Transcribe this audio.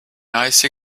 icy